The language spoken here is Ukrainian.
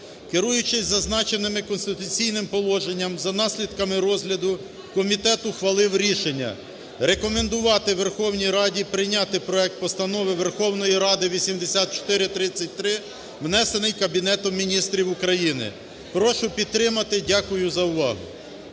Керуючись зазначеним конституційним положенням, за наслідками розгляду комітет ухвалив рішення: рекомендувати Верховній Раді прийняти проект Постанови Верховної Ради 8433, внесений Кабінетом Міністрів України. Прошу підтримати. Дякую за увагу.